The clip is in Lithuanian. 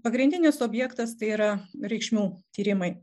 pagrindinis objektas tai yra reikšmių tyrimai